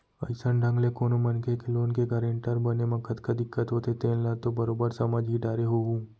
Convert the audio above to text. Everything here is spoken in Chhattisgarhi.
अइसन ढंग ले कोनो मनखे के लोन के गारेंटर बने म कतका दिक्कत होथे तेन ल तो बरोबर समझ ही डारे होहूँ